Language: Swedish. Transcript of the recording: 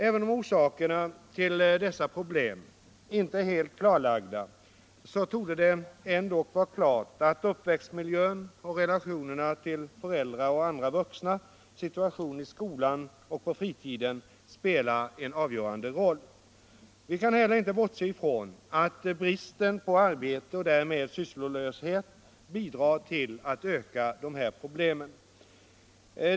Även om orsakerna till dessa problem inte är helt klarlagda torde det ändock vara klart att uppväxtmiljön, relationerna till föräldrar och andra vuxna, situationen i skolan och på fritiden spelar en avgörande roll. Vi kan inte heller bortse från att bristen på arbete och därmed sysslolöshet bidrar till att öka problemen.